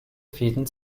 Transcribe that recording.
fäden